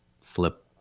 flip